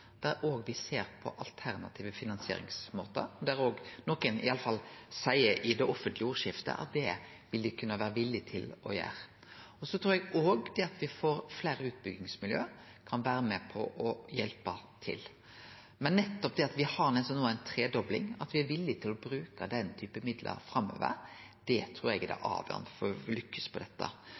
ser på alternative finansieringsmåtar, og det er i alle fall nokon som seier i det offentlege ordskiftet at det vil dei kunne vere villige til å gjere. Eg trur òg at det at me får fleire utbyggingsmiljø, kan vere med på å hjelpe til. Men nettopp det at me no har ei tredobling, at me er villige til å bruke den typen midlar framover, trur eg er det avgjerande for å lykkast med dette.